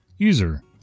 User